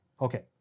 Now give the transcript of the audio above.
Okay